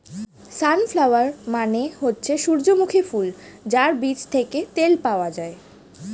sunflower মানে হচ্ছে সূর্যমুখী ফুল যার বীজ থেকে তেল পাওয়া যায়